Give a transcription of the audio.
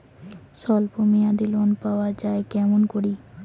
স্বল্প মেয়াদি লোন পাওয়া যায় কেমন করি?